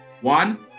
One